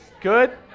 Good